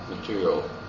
material